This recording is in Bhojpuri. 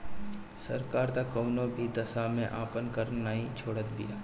सरकार तअ कवनो भी दशा में आपन कर नाइ छोड़त बिया